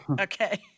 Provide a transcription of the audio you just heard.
Okay